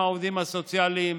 עם העובדים הסוציאליים.